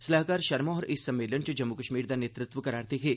सलाहकार शर्मा होर इस सम्मेलन च जम्मू कश्मीर दा नेतृत्व करै करदे हे